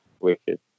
Wicked